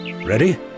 Ready